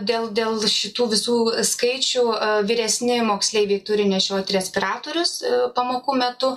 dėl dėl šitų visų skaičių vyresni moksleiviai turi nešiot respiratorius pamokų metu